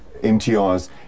MTRs